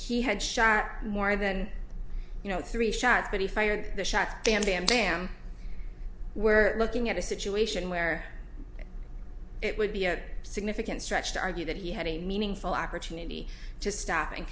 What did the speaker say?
he had shot more than three shots but he fired the shot damn damn damn we're looking at a situation where it would be a significant stretch to argue that he had a meaningful opportunity to stop and